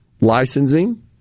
licensing